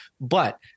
But-